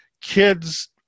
kids